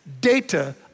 data